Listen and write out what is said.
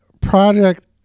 project